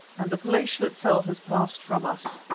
and the palatial itself has passed from us.